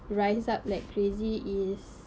rise up like crazy is